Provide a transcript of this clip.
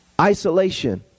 isolation